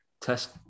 test